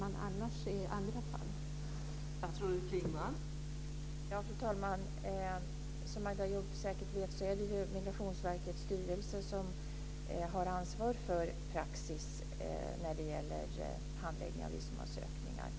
I andra fall gör man det.